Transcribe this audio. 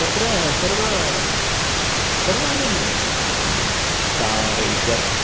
तत्र सर्व सर्वाणि कार् इत्याद्